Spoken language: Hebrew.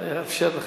אני אאפשר לך.